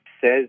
says